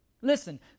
Listen